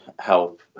help